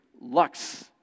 Lux